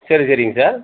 சரி சரிங்க சார்